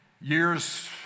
years